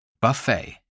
Buffet